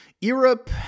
Europe